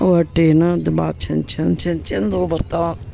ಒಟ್ಟು ಏನಾದ್ರು ಭಾಳ ಚಂದ ಚಂದ ಚಂದ ಚಂದವು ಬರ್ತಾವೆ